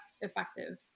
effective